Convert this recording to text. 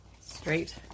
straight